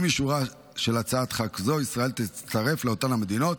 עם אישורה של הצעת חוק זו ישראל תצטרף לאותן המדינות,